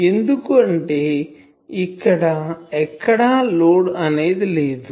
ఎందుకంటే ఇక్కడ ఎక్కడ లోడ్ అనేది లేదు